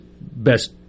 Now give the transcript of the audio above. best